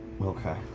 Okay